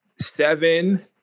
seven